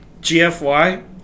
GFY